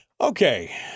Okay